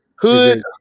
hood